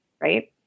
right